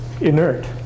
inert